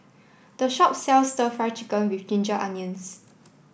the shop sells Stir Fry Chicken with Ginger Onions